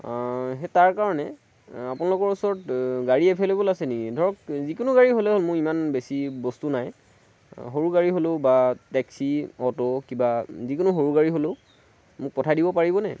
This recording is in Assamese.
সেই তাৰ কাৰণে আপোনালোকৰ ওচৰত গাড়ী এভেইলেবুল আছে নেকি ধৰক যিকোনো গাড়ী হ'লে হ'ল মোক ইমান বেছি বস্তু নাই সৰু গাড়ী হ'লেও বা টেক্সি অ'ট' বা কিবা যিকোনো সৰু গাড়ী হ'লেও মোক পঠাই দিব পাৰিবনে